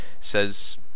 says